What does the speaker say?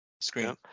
Screen